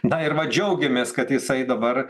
na ir va džiaugiamės kad jisai dabar